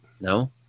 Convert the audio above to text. No